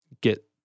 get